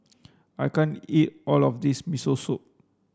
I can't eat all of this Miso Soup